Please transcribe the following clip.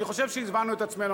אני חושב שהסברנו את עצמנו.